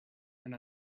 and